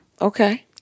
Okay